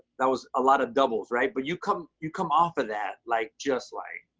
that was a lot of doubles. right? but you come you come off of that, like just like,